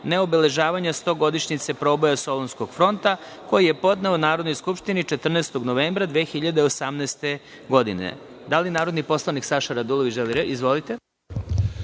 neobeležavanja stogodišnjice proboja Solunskog fronta, koji je podneo Narodnoj skupštini 14. novembra 2018. godine. Da li narodni poslanik Saša Radulović želi reč? (Da)Izvolite.